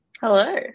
Hello